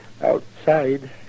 Outside